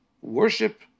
worship